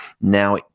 Now